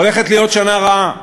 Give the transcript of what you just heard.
הולכת להיות שנה רעה.